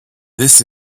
this